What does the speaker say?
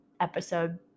episode